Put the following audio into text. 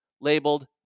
labeled